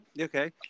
Okay